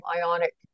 ionic